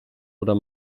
oder